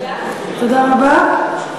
תודה רבה.